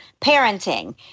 parenting